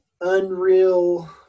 unreal